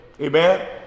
amen